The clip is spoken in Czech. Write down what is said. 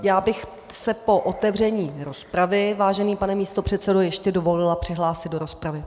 Já bych se po otevření rozpravy, vážený pane místopředsedo, ještě dovolila přihlásit do rozpravy.